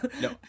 No